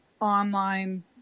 online